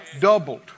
Doubled